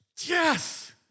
Yes